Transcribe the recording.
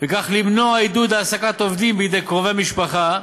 וכך למנוע עידוד העסקת עובדים בידי קרובי משפחה,